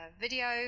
video